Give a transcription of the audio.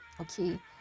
Okay